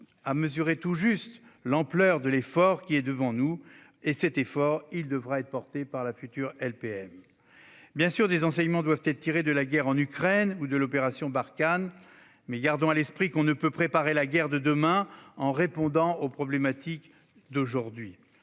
à mesurer l'ampleur de l'effort qui est devant nous. Or cet effort devra être porté par la future LPM. Bien entendu, des enseignements doivent être tirés de la guerre en Ukraine ou de l'opération Barkhane. Mais gardons à l'esprit qu'on ne peut préparer la guerre de demain en répondant aux problématiques d'aujourd'hui.